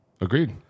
Agreed